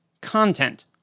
content